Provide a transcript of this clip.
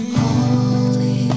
holy